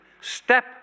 step